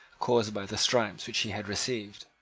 caused by the stripes which he had received.